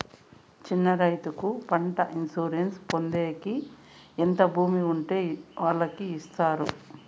చిన్న రైతుకు పంటల ఇన్సూరెన్సు పొందేకి ఎంత భూమి ఉండే వాళ్ళకి ఇస్తారు?